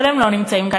אבל הם לא נמצאים כאן.